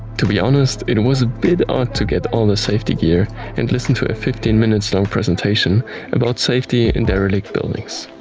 to be honest, it was a bit odd to get all the safety gear and listen to a fifteen minutes long presentation about safety in derelict buildings.